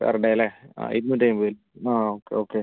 per day അല്ലേ ആ ഇരുന്നൂറ്റിയമ്പത് വരും ആ ഓക്കെ ഓക്കെ